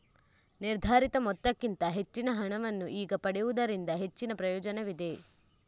ನಿರ್ಧರಿತ ಮೊತ್ತಕ್ಕಿಂತ ಹೆಚ್ಚಿನ ಹಣವನ್ನು ಈಗ ಪಡೆಯುವುದರಿಂದ ಹೆಚ್ಚಿನ ಪ್ರಯೋಜನವಿದೆ